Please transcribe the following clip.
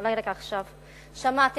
אולי רק עכשיו שמעתם,